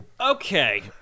Okay